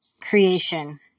creation